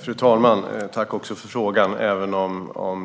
Fru talman! Tack för frågan!